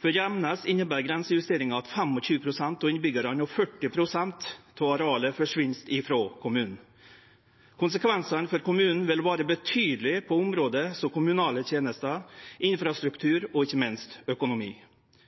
For Gjemnes inneber grensejusteringa at 25 pst. av innbyggjarane og 40 pst. av arealet forsvinn frå kommunen. Konsekvensane for kommunen vil vere betydelege på område som kommunale tenester,